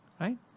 right